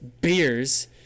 beers